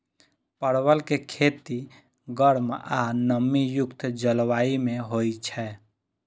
परवल के खेती गर्म आ नमी युक्त जलवायु मे होइ छै